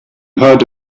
heard